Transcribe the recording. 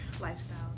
lifestyle